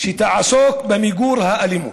שתעסוק במיגור האלימות.